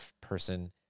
person